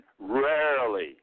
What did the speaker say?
rarely